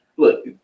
Look